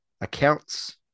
accounts